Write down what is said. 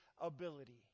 ability